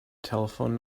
telephone